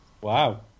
Wow